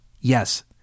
Yes